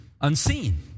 unseen